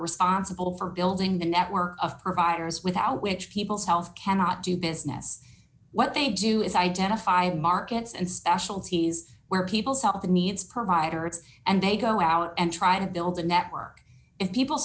responsible for building the network of providers without which people's health cannot do business what they do is identify markets and specialties where people's health needs provider it's and they go out and try to build a network if people